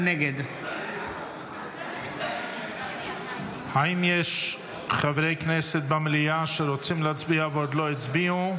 נגד האם יש חברי כנסת במליאה שרוצים להצביע ועוד לא הצביעו?